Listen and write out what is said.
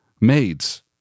maids